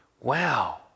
wow